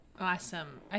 Awesome